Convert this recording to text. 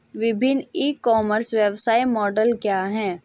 विभिन्न e commerce व्यवसाय model क्या हैं?